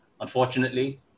Unfortunately